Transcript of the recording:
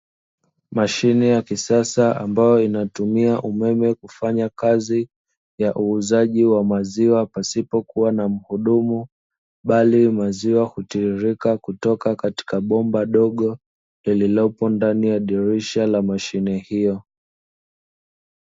Mashine ya kisasa, ambayo inatumia umeme kufanya kazi ya uuzaji wa maziwa pasipokuwa na mhudumu, bali maziwa hutiririka kutoka katika bomba dogo lililopo ndani ya dirisha ya mashine hiyo.